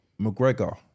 McGregor